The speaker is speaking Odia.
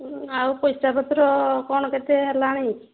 ଆଉ ପଇସାପତ୍ର କ'ଣ କେତେ ହେଲାଣି